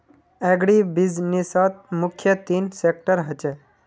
अग्रीबिज़नेसत मुख्य तीन सेक्टर ह छे